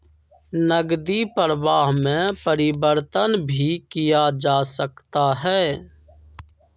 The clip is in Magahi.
नकदी प्रवाह में परिवर्तन भी किया जा सकता है